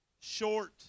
Short